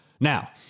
Now